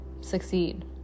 succeed